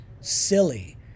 silly